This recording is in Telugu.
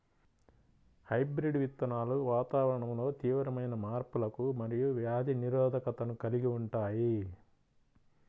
హైబ్రిడ్ విత్తనాలు వాతావరణంలో తీవ్రమైన మార్పులకు మరియు వ్యాధి నిరోధకతను కలిగి ఉంటాయి